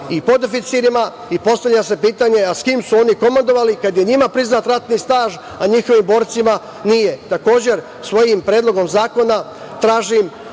i podoficirima? Postavlja se pitanje – s kim su oni komandovali kad je njima priznat ratni staž, a njihovim borcima nije? Takođe, svojim predlogom zakona tražim